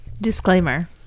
Disclaimer